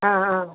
ആ ആ